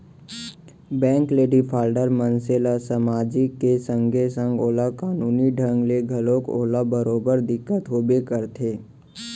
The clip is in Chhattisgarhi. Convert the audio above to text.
बेंक ले डिफाल्टर मनसे ल समाजिक के संगे संग ओला कानूनी ढंग ले घलोक ओला बरोबर दिक्कत होबे करथे